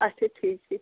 اچھا ٹھیٖک ٹھیٖک